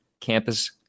campus